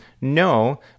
No